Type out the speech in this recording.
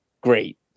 great